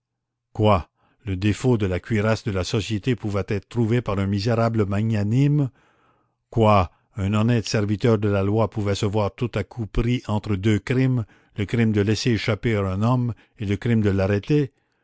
quoi le défaut de la cuirasse de la société pouvait être trouvé par un misérable magnanime quoi un honnête serviteur de la loi pouvait se voir tout à coup pris entre deux crimes le crime de laisser échapper un homme et le crime de l'arrêter